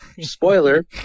spoiler